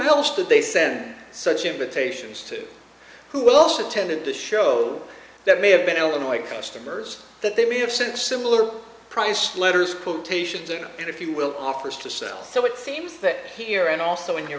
else do they send such invitations to who will also tended to show that may have been illinois customers that they may have sent similar price letters quotations and if you will offers to sell so it seems that here and also in your